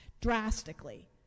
drastically